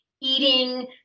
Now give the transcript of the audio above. eating